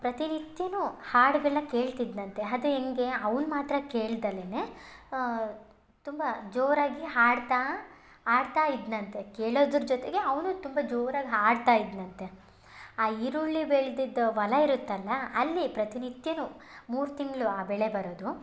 ಪ್ರತಿನಿತ್ಯ ಹಾಡುಗಳನ್ನ ಕೇಳ್ತಿದ್ದನಂತೆ ಅದು ಹೆಂಗೆ ಅವ್ನು ಮಾತ್ರ ಕೇಳ್ದಲೇ ತುಂಬ ಜೋರಾಗಿ ಹಾಡ್ತಾ ಹಾಡ್ತಾ ಇದ್ದನಂತೆ ಕೇಳೋದರ ಜೊತೆಗೆ ಅವನು ತುಂಬ ಜೋರಾಗಿ ಹಾಡ್ತ ಇದ್ದನಂತೆ ಆ ಈರುಳ್ಳಿ ಬೆಳ್ದಿದ್ದ ಹೊಲ ಇರುತ್ತಲ್ಲ ಅಲ್ಲಿ ಪ್ರತಿನಿತ್ಯ ಮೂರು ತಿಂಗಳು ಆ ಬೆಳೆ ಬರೋದು